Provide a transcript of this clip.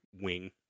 wing